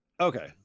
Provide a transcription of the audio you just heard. Okay